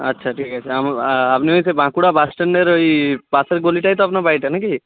আচ্ছা ঠিক আছে আমু আপনি ওই যে বাঁকুড়া বাস্ট্যান্ডের ওই পাশের গলিটায় তো আপনার বাড়িটা না কি